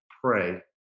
pray